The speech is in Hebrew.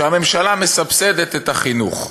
שהממשלה מסבסדת את החינוך.